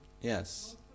Yes